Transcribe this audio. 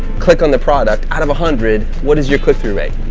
click on the product out of a hundred, what is your click-through rate?